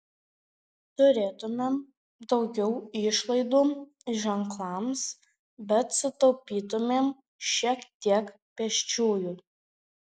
turėtumėm daugiau išlaidų ženklams bet sutaupytumėm šiek tiek pėsčiųjų